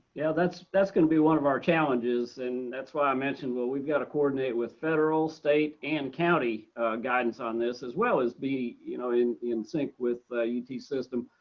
yeah that's that's gonna be one of our challenges and that's why i mentioned, well we've got to coordinate with federal state and county guidance on this, as well as be you know in in sync with ut system.